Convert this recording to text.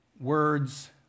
Words